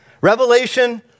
Revelation